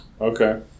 Okay